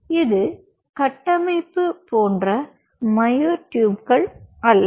இது கட்டமைப்பு போன்ற மயோட்யூப் அல்ல